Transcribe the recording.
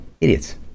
Idiots